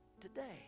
today